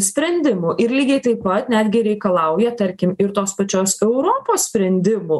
sprendimų ir lygiai taip pat netgi reikalauja tarkim ir tos pačios europos sprendimų